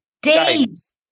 Days